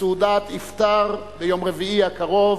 סעודת אפטאר ביום רביעי הקרוב,